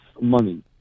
money